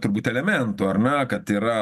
turbūt elementų ar na kad yra